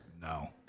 No